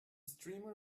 streamer